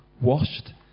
washed